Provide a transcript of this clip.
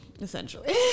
essentially